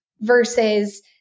versus